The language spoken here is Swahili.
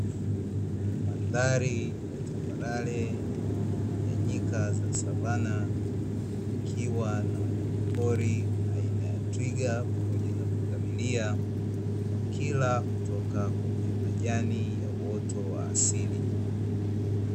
Mandhari ya tambarare ya nyika za savana ikiwa na wanyama pori pamoja na pundamilia wakila kuotoka kwenye hifadhi ya wanyamapori